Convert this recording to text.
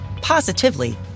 positively